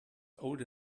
old